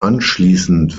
anschliessend